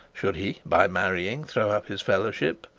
should he, by marrying, throw up his fellowship.